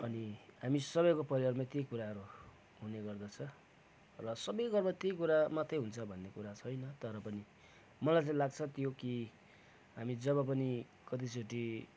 अनि हामी सबैको परिवारमा त्यही कुराहरू हुने गर्दछ र सबै घरमा त्यही कुराहरू मात्रै हुन्छ भन्ने कुरा छैन तर पनि मलाई चाहिँ लाग्छ त्यो कि हामी जब पनि कतिचोटि